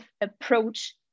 approach